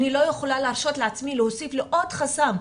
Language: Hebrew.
אני לא יכולה להרשות לעצמי להוסיף לו עוד חסם,